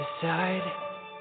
decide